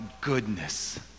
goodness